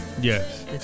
yes